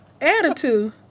attitude